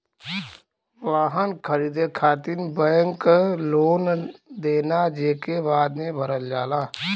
वाहन खरीदे खातिर बैंक लोन देना जेके बाद में भरल जाला